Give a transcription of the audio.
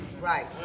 Right